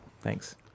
Thanks